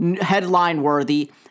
headline-worthy